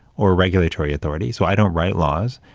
or regulatory authority. so, i don't write laws,